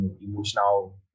emotional